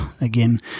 again